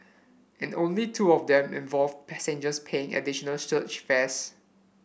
and only two of them involved passengers paying additional surge fares